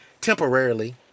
temporarily